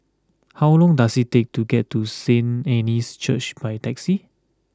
how long does it take to get to Saint Anne's Church by taxi